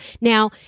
Now